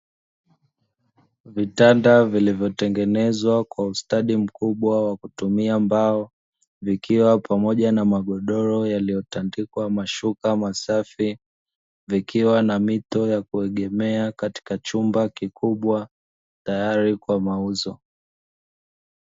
Vitanda vilivyotengenezwa kwa ustadi mkubwa wa kutumia mbao, vikiwa pamoja na magodoro yaliyotandikwa mashuka masafi. Vikiwa na mito ya kuegemea katika chumba kikubwa, tayari kwa mauzo.